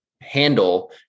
handle